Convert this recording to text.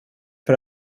för